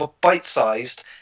bite-sized